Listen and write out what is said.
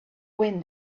wind